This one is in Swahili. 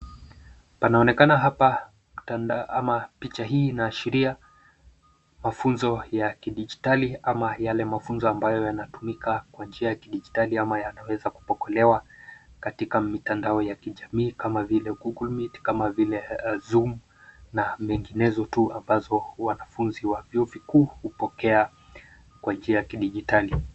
Picha hii inaashiria mafunzo ya kidijitali ama yale mafunzo ambayo yanatumika kwa njia ya kidijitali ama yanaweza kupokelewa katika mitandao ya kijamii kama vile google meet kama vile zoom na menginezo tu ambazo wanafunzi wa vyuo vikuu hupokea kwa njia ya kidijitali.